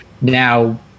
now